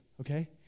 okay